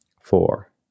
four